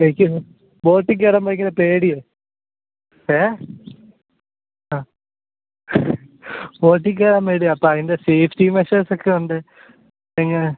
എനിക്ക് ബോട്ടിൽ കയറാൻ ഭയങ്കര പേടിയാണ് ഏ അ ബോട്ടിൽ കയറാൻ പേടിയാണ് അപ്പോൾ അതിൻ്റെ സേഫ്റ്റി മെഷേഴ്സൊക്കെ ഉണ്ട് എങ്ങനെ